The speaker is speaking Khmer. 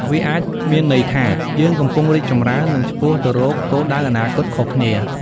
វាអាចមានន័យថា យើងកំពុងរីកចម្រើន និងឆ្ពោះទៅរកគោលដៅអនាគតខុសគ្នា។